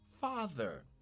father